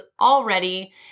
already